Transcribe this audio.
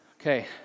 Okay